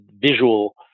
visual